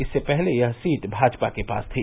इससे पहले यह सीट भाजपा के पास थी